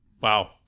Wow